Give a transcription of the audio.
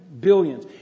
Billions